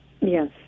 Yes